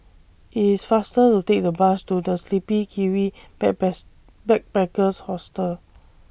IT IS faster to Take The Bus to The Sleepy Kiwi Backpackers Hostel